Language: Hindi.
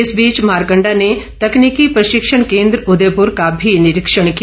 इस बीच मारकण्डा ने तकनीकी प्रशिक्षण केन्द्र उदयपुर का भी निरीक्षण किया